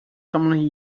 commonly